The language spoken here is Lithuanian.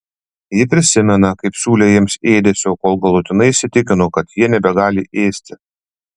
ji prisimena kaip siūlė jiems ėdesio kol galutinai įsitikino kad jie nebegali ėsti